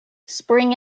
spring